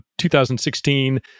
2016